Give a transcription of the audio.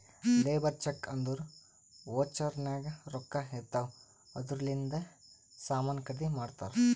labour check ಅಂದುರ್ voucher ನಾಗ್ ರೊಕ್ಕಾ ಇರ್ತಾವ್ ಅದೂರ್ಲಿಂದೆ ಸಾಮಾನ್ ಖರ್ದಿ ಮಾಡ್ತಾರ್